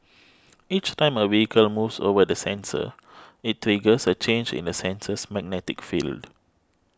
each time a vehicle moves over the sensor it triggers a change in the sensor's magnetic field